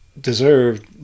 deserved